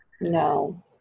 No